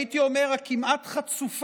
הייתי אומר, הכמעט-חצופה